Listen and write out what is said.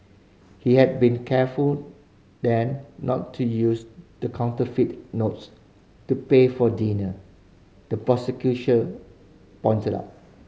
he had been careful then not to use the counterfeit notes to pay for dinner the pointed out